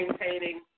maintaining